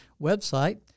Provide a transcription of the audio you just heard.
website